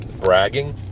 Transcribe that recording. bragging